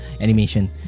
animation